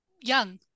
young